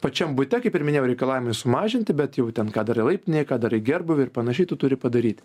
pačiam bute kaip ir minėjau reikalavimai sumažinti bet jau ten ką darai laiptinėj ką darai gerbūvį ir panašiai tu turi padaryti